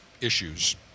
issues